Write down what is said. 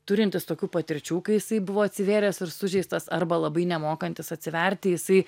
turintis tokių patirčių kai jisai buvo atsivėręs ir sužeistas arba labai nemokantis atsiverti jisai